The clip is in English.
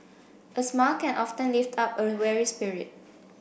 a smile can often lift up a weary spirit